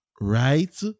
Right